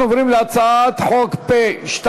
אני אוסיף את ההצבעה שלך.